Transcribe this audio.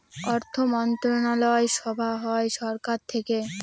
অর্থমন্ত্রণালয় সভা হয় সরকার থেকে